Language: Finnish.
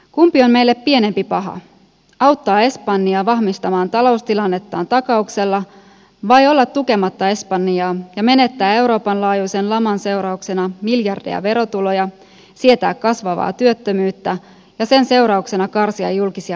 kumpi on meille pienempi paha auttaa espanjaa vahvistamaan taloustilannettaan takauksella vai olla tukematta espanjaa ja menettää euroopan laajuisen laman seurauksena miljardeja verotuloja sietää kasvavaa työttömyyttä ja sen seurauksena karsia julkisia menojamme rajusti